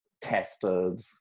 tested